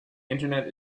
internet